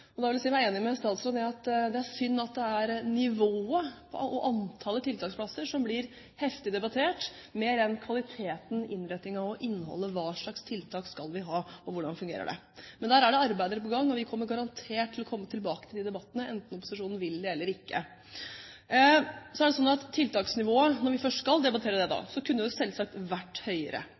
og antallet tiltaksplasser som blir heftig debattert mer enn kvaliteten, innretningen og innholdet, altså hva slags tiltak vi skal ha, og hvordan det fungerer. Men der er det arbeid på gang, og vi kommer garantert tilbake til de debattene, enten opposisjonen vil det eller ikke. Så er det sånn at tiltaksnivået – når vi først skal debattere det, da – selvsagt kunne vært høyere.